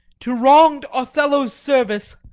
to wrong'd othello's service!